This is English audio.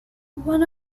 one